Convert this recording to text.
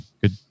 good